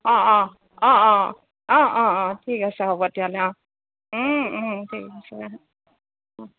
অঁ অঁ অঁ অঁ অঁ অঁ অঁ অঁ ঠিক আছে হ'ব তেতিয়াহ'লে অঁ ঠিক আছে